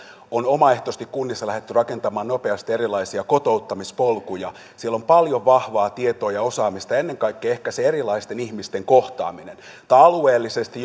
on omaehtoisesti kunnissa lähdetty rakentamaan nopeasti erilaisia kotouttamispolkuja siellä on paljon vahvaa tietoa ja osaamista ja ennen kaikkea ehkä se erilaisten ihmisten kohtaaminen tai alueellisesti